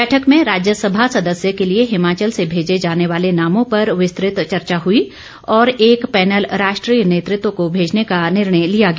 बैठक में राज्यसभा सदस्य के लिए हिमाचल से भेजे जाने वाले नामों पर विस्तृत चर्चा हुई और एक पैनल राष्ट्रीय नेतृत्व को भेजने का निर्णय लिया गया